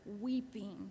weeping